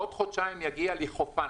בעוד חודשיים יגיע לי חופן.